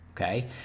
okay